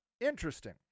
interesting